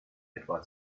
etwa